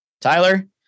Tyler